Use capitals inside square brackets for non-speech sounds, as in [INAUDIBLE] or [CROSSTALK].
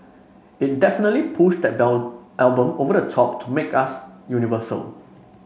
it definitely pushed that [UNINTELLIGIBLE] album over the top to make us universal